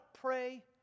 pray